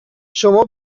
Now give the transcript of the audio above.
شما